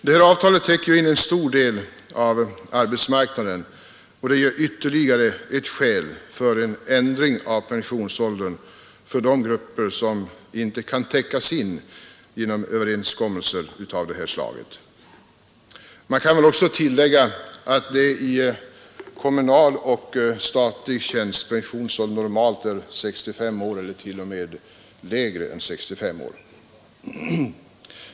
Det här avtalet täcker in en stor del av arbetsmarknaden, och det är ytterligare ett skäl för en ändring av pensionsåldern för de grupper som inte kan täckas in genom överenskommelser av detta slag. Man kan också tillägga att i kommunal och statlig tjänst pensionsåldern normalt är 65 år eller t.o.m. lägre.